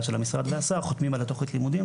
של המשרד והשר חותמים על התוכנית לימודים,